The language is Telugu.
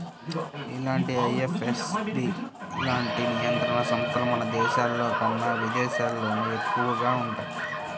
ఇలాంటి ఎఫ్ఏఎస్బి లాంటి నియంత్రణ సంస్థలు మన దేశంలోకన్నా విదేశాల్లోనే ఎక్కువగా వుంటయ్యి